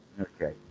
Okay